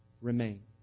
remain